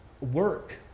work